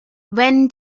when